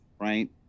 right